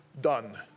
done